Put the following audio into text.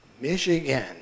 Michigan